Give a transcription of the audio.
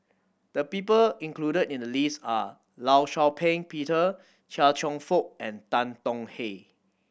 the people included in the list are Law Shau Ping Peter Chia Cheong Fook and Tan Tong Hye